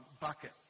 bucket